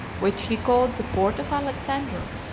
which he called the port of alexander,